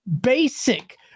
basic